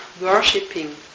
worshipping